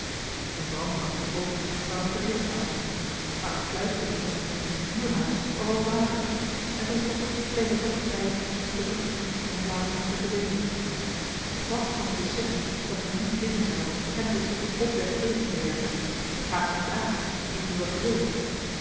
een brandkast te koopen zou nog verdedigbaar zijn maar een kluis te doen metselen in een huurhuis was al dwazer en ten slotte bleef het toch t veiligst stukken en couponbladen te verdeelen wat kon ik dus zeggen dat me niet dwingen zou hem ten slotte botweg tegen te werpen het gaat je niet aan ik doe wat ik wil